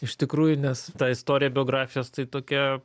iš tikrųjų nes ta istorija biografijos tai tokia